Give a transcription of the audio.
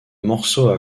morceau